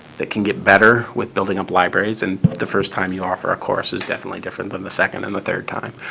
that can get better with building up libraries. and the first time you offer a course is definitely different than the second and the third time.